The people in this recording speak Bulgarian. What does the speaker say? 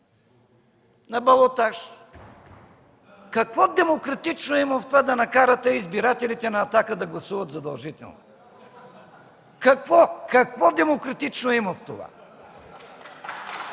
„Евророма”, какво демократично има в това да накарате избирателите на „Атака” да гласуват задължително? Какво демократично има в това?